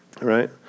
Right